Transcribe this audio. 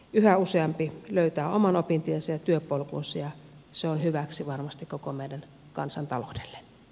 yhä useampi löytää oman opintiensä ja työpolkunsa ja se on hyväksi varmasti koko meidän kansantaloudelle